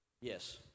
Yes